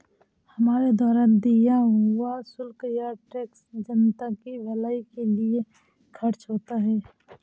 हमारे द्वारा दिया हुआ शुल्क या टैक्स जनता की भलाई के लिए खर्च होता है